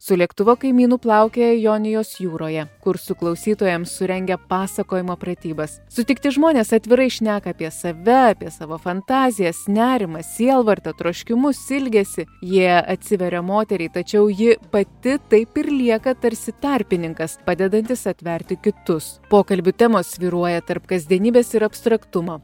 su lėktuvo kaimynu plaukioja jonijos jūroje kursų klausytojams surengia pasakojimo pratybas sutikti žmonės atvirai šneka apie save apie savo fantazijas nerimą sielvartą troškimus ilgesį jie atsiveria moteriai tačiau ji pati taip ir lieka tarsi tarpininkas padedantis atverti kitus pokalbių temos svyruoja tarp kasdienybės ir abstraktumo